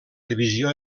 visió